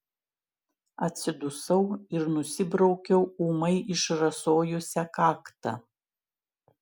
atsidusau ir nusibraukiau ūmai išrasojusią kaktą